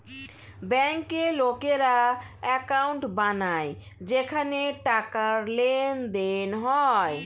ব্যাংকে লোকেরা অ্যাকাউন্ট বানায় যেখানে টাকার লেনদেন হয়